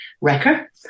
Wrecker